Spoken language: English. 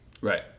right